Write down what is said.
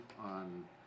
on